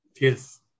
Yes